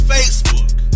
Facebook